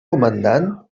comandant